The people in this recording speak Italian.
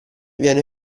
viene